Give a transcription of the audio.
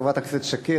חברת הכנסת שקד,